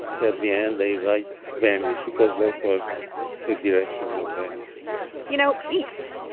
at the end, they write venice because that was the direction of venice you know, east?